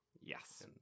Yes